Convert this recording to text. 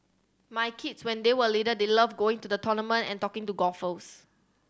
my kids when they were little they loved going to the tournament and talking to golfers